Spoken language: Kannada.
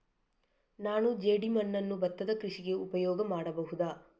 ನಾನು ಜೇಡಿಮಣ್ಣನ್ನು ಭತ್ತದ ಕೃಷಿಗೆ ಉಪಯೋಗ ಮಾಡಬಹುದಾ?